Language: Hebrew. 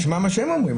נשמע מה שהם אומרים,